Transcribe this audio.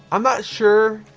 i'm not sure,